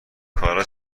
کارا